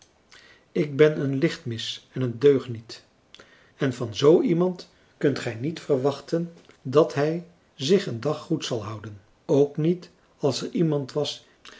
ik ben een lichtmis en een deugniet en van zoo iemand kunt gij niet verwachten dat hij zich een dag goed zal houden ook niet als françois haverschmidt familie en kennissen er iemand was